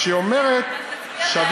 רק שהיא אומרת, אז תצביע בעד?